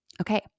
Okay